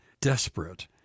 desperate